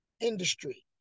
industry